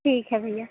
ठीक है भैया